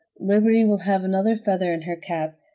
liberty will have another feather in her cap,